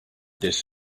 this